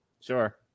Sure